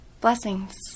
Blessings